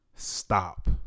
Stop